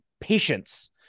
patience